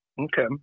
Okay